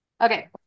Okay